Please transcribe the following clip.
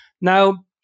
Now